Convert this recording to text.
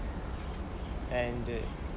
and the